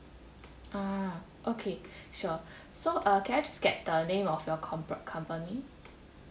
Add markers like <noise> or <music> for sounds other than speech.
ah okay <breath> sure <breath> so uh can I just get the name of your corporate company